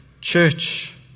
church